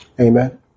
Amen